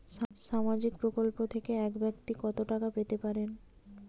সামাজিক প্রকল্প থেকে এক ব্যাক্তি কত টাকা পেতে পারেন?